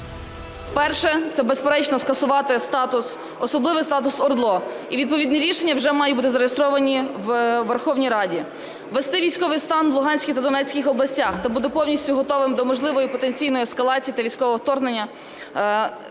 Перше – це, безперечно, скасувати особливий статус ОРДЛО. І відповідні рішення вже мають бути зареєстровані у Верховній Раді. Ввести військовий стан в Луганській та Донецьких областях та бути повністю готовими до можливої потенційної ескалації та військового вторгнення за